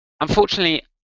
Unfortunately